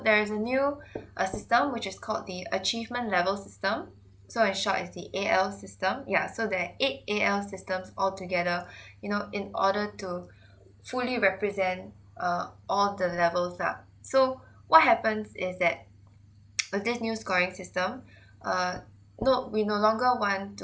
there's a new uh system which is called the achievement level system so in short is the A_L system yeah so there are eight A_L systems all together you know in order to fully represent err all the levels are so what happens is that with this new scoring system err no we no longer want to